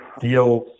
deals